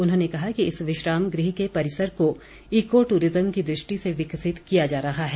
उन्होंने कहा कि इस विश्राम गुह के परिसर को ईको ट्रिज्म की दृष्टि से विकसित किया जा रहा है